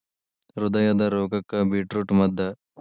ಹೃದಯದ ರೋಗಕ್ಕ ಬೇಟ್ರೂಟ ಮದ್ದ